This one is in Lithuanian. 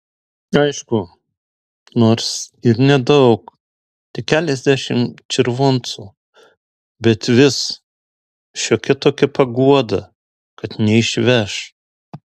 aišku nors ir nedaug tik keliasdešimt červoncų bet vis šiokia tokia paguoda kad neišveš